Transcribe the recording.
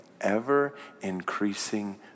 ever-increasing